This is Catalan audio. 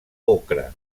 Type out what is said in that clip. ocre